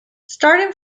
starting